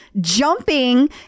jumping